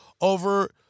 over